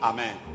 Amen